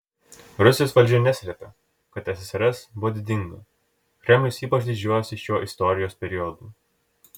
rusijos valdžia neslepia kad ssrs buvo didinga kremlius ypač didžiuojasi šiuo istorijos periodu